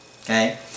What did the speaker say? Okay